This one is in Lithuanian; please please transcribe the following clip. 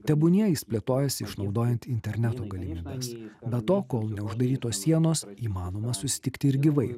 tebūnie jis plėtojasi išnaudojant interneto galimybes be to kol neuždarytos sienos įmanoma susitikti ir gyvai